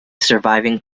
surviving